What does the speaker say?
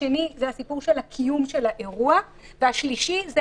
השני הוא הקיום של האירוע, והשלישי הוא